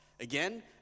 Again